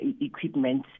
equipment